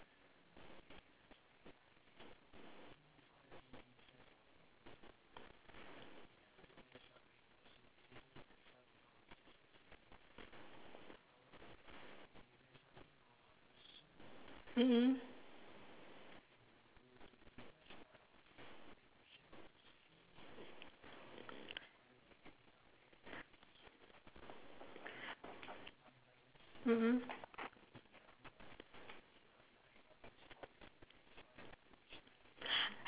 mm mm mm mm